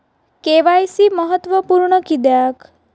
KYC महत्त्वपुर्ण किद्याक?